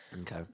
Okay